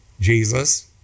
Jesus